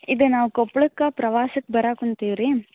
ಇದು ನಾವು ಕೊಪ್ಳಕ್ಕೆ ಪ್ರವಾಸಕ್ಕೆ ಬರೋಕ್ ಒಂತಿವ್ರೀ